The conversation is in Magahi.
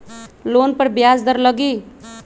लोन पर ब्याज दर लगी?